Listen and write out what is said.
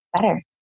better